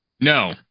No